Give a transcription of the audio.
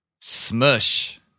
SMUSH